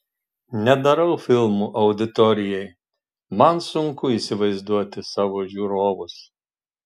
nedarau filmų auditorijai man sunku įsivaizduoti savo žiūrovus